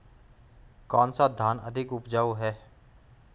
कौन सा धान अधिक उपजाऊ है?